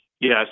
Yes